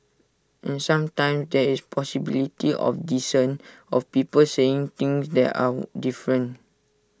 and sometimes there is possibility of dissent of people saying things that are different